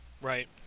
Right